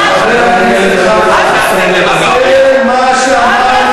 זה מה שאמר,